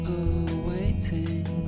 awaiting